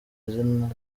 izina